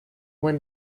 when